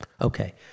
Okay